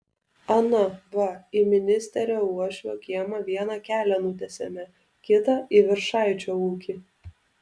ana va į ministerio uošvio kiemą vieną kelią nutiesėme kitą į viršaičio ūkį